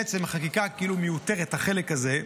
בעצם החקיקה כאילו מיותרת, החלק הזה,